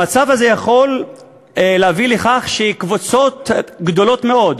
המצב הזה יכול להביא לכך שקבוצות גדולות מאוד,